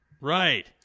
right